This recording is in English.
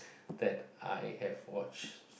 that I have watched